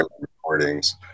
recordings